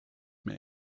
mehr